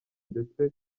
ndetse